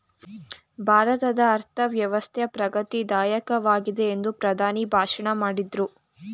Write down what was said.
ಭಾರತದ ಅರ್ಥವ್ಯವಸ್ಥೆ ಪ್ರಗತಿ ದಾಯಕವಾಗಿದೆ ಎಂದು ಪ್ರಧಾನಿ ಭಾಷಣ ಮಾಡಿದ್ರು